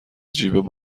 جیب